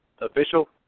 official